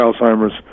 Alzheimer's